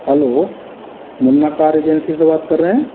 hello Munna car agency से बात कर रहे हैं